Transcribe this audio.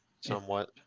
somewhat